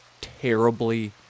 terribly